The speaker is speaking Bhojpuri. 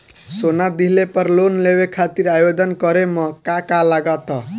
सोना दिहले पर लोन लेवे खातिर आवेदन करे म का का लगा तऽ?